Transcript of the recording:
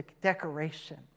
decoration